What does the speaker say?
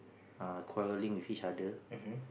uh quarelling with each other